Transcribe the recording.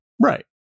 Right